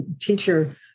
teacher